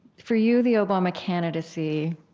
for you the obama candidacy,